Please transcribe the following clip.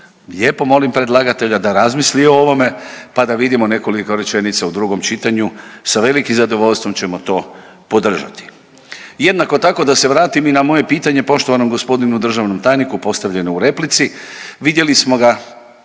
Lijepo molim predlagatelja da razmisli o ovome pa da vidimo nekoliko rečenica u drugom čitanju sa velikim zadovoljstvom ćemo to podržati. Jednako tako da se vratim i na moje pitanje poštovanom g. državnom tajniku postavljenom u replici. Vidjeli smo ga